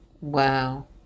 Wow